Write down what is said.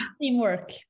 teamwork